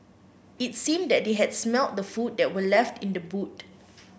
it seemed that they had smelt the food that were left in the boot